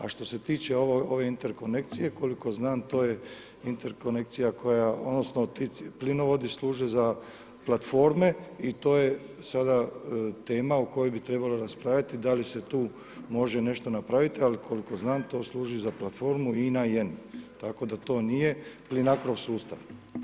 A što se tiče ove interkonekcije, koliko znam to je interkonekcija, odnosno ti plinovodi služe za platforme i to je sada tema o kojoj bi trebalo raspravljati da li se tu može nešto napravit, ali koliko znam to služi za platformu INA … Tako da to nije Plinacrov sustav.